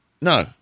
no